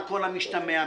על כל המשתמע מכך.